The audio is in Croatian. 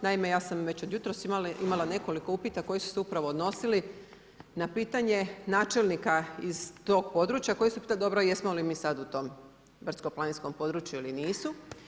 Naime ja sam već od jutros imala nekoliko upita koji su se upravo odnosili na pitanje načelnika iz tog područja koji su pitali dobro jesmo li mi sad u tom brdsko planinskom području ili nisu?